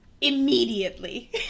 immediately